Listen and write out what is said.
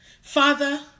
Father